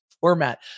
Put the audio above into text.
format